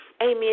amen